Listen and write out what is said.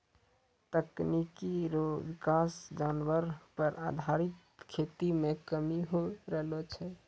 तकनीकी रो विकास जानवर पर आधारित खेती मे कमी होय रहलो छै